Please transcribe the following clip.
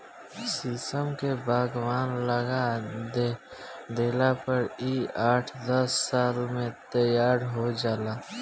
शीशम के बगवान लगा देला पर इ आठ दस साल में तैयार हो जाला